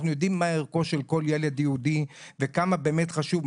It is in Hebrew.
אנחנו יודעים מה ערכו של כל ילד יהודי וכמה באמת חשוב,